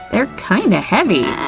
they're kind of heavy!